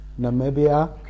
Namibia